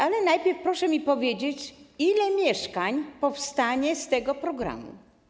Ale najpierw proszę mi powiedzieć, ile mieszkań powstanie z tego programu.